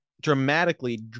dramatically